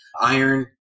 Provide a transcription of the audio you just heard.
iron